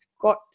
got